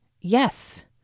Yes